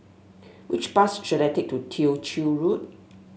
which bus should I take to Tew Chew Road